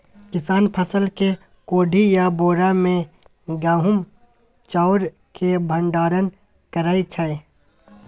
किसान फसल केँ कोठी या बोरा मे गहुम चाउर केँ भंडारण करै छै